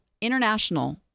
international